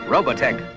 Robotech